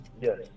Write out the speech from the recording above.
Yes